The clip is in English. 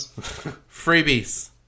Freebies